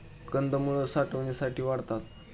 कंदमुळं साठवणीसाठी वाढतात